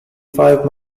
five